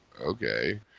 okay